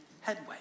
headway